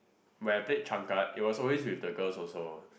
where I played trump card it was always with the girls also